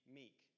meek